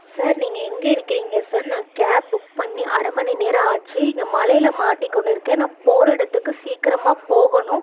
sir நீங்கள் எங்கே இருக்கிறீங்க சார் நான் கேப் புக் பண்ணி அரை மணி நேரம் ஆச்சு இங்கே மழைல மாட்டிக்கொண்டு இருக்கேன் நான் போகிற இடத்துக்கு சீக்கிரமா போகணும்